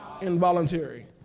involuntary